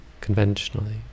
conventionally